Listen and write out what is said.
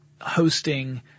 hosting